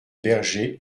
berger